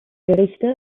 gerichte